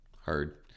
Hard